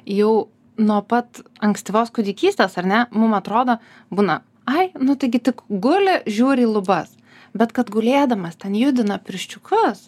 jau nuo pat ankstyvos kūdikystės ar ne mum atrodo būna ai nu taigi tik guli žiūri į lubas bet kad gulėdamas ten judina pirščiukus